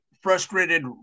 frustrated